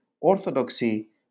Orthodoxy